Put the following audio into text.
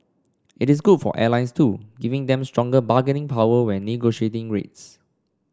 it is good for airlines too giving them stronger bargaining power when negotiating rates